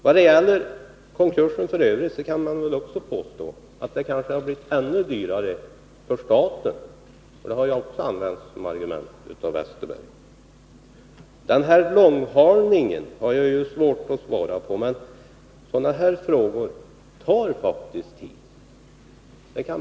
Vad f. ö. gäller konkurs kan man också påstå att det kanske hade blivit ännu dyrare för staten — det har ju också använts som argument av Per Westerberg. Långhalningen har jag svårt att förklara, men man kan konstatera att sådana här frågor faktiskt tar tid.